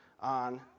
on